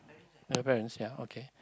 and your parents ya okay